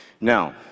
Now